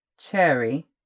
Cherry